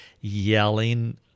yelling